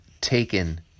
taken